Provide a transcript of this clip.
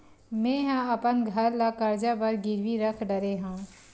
मेहा अपन घर ला कर्जा बर गिरवी रख डरे हव